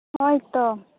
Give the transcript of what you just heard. ᱦᱳᱭᱛᱚ